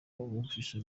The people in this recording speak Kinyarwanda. bumvise